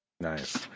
Nice